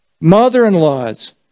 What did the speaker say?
mother-in-laws